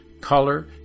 color